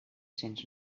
cents